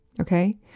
Okay